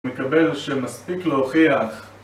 מקבל שמספיק להוכיח